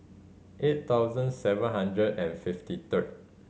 eight thousand seven hundred and fifty third